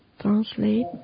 translate